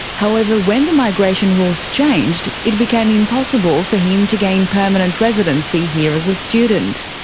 however, when the migration rules changed, it became impossible for him to gain permanent residency here as a student.